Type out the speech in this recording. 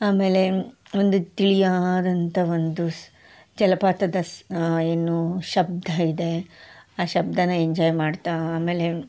ಆಮೇಲೆ ಒಂದು ತಿಳಿಯಾದಂಥಾ ಒಂದು ಸ್ ಜಲಪಾತದ ಸ್ ಏನು ಶಬ್ದ ಇದೆ ಆ ಶಬ್ದನ ಎಂಜಾಯ್ ಮಾಡ್ತಾ ಆಮೇಲೆ